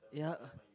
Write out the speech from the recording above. ya